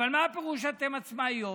אבל מה פירוש "אתן עצמאיות"?